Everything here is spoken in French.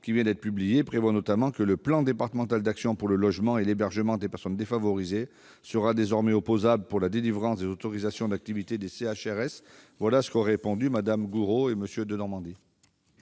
qui vient d'être publiée, prévoit notamment que le plan départemental d'action pour le logement et l'hébergement des personnes défavorisées sera désormais opposable pour la délivrance des autorisations d'activité des centres d'hébergement et de réinsertion sociale,